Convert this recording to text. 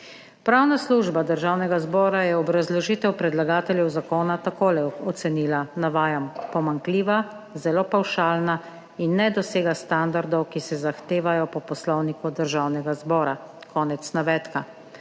Pravna služba Državnega zbora je obrazložitev predlagateljev zakona takole ocenila, navajam: »Pomanjkljiva, zelo pavšalna in ne dosega standardov, ki se zahtevajo po Poslovniku Državnega zbora.« Konec navedka.